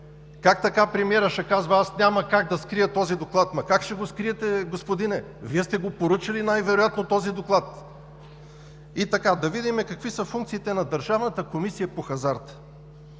Как така премиерът ще казва: „Аз няма как да скрия този доклад“? Ама как ще го скриете, господине? Вие сте го поръчали най-вероятно този доклад. И така, да видим какви са функциите на Държавната комисия по хазарта.